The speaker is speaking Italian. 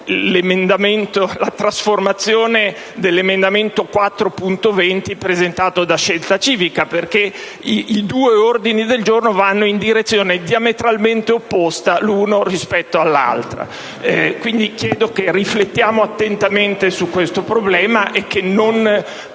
la trasformazione dell'emendamento 4.20, presentato dal Gruppo di Scelta Civica, perché i due ordini del giorno vanno in direzione diametralmente opposta l'uno rispetto all'altro. In conclusione, chiedo che riflettiamo attentamente su questo problema e che non prendiamo